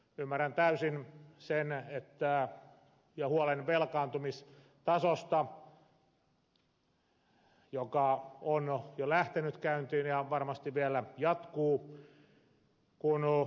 ymmärrän täysin huolen velkaantumistasosta joka on jo lähtenyt käyntiin ja varmasti vielä jatkuu